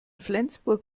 flensburg